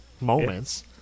moments